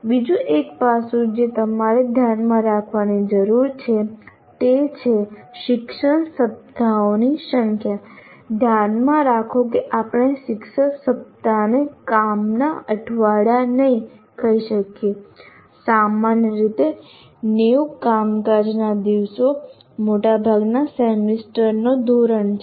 બીજું એક પાસું જે તમારે ધ્યાનમાં રાખવાની જરૂર છે તે છે શિક્ષણ સપ્તાહોની સંખ્યા ધ્યાનમાં રાખો કે આપણે શિક્ષણ સપ્તાહને કામના અઠવાડિયા નહીં કહીએ છીએ સામાન્ય રીતે 90 કામકાજના દિવસો મોટાભાગના સેમેસ્ટરનો ધોરણ છે